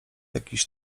jakiś